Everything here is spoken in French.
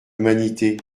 humanité